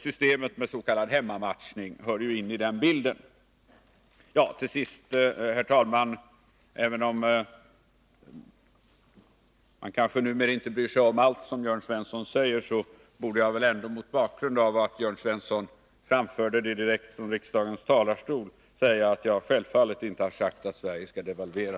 Systemet med s.k. hemmamatchning hör ju in i den bilden. Herr talman! Den andra och sista kommentaren gäller Jörn Svensson. Även om man numera kanske inte bryr sig om allt som Jörn Svensson säger, borde jag väl ändå mot bakgrund av ett yttrande som han fällde, eftersom han framförde det direkt från kammarens talarstol, framhålla att jag självfallet inte sagt att Sverige skall devalvera.